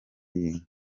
y’inka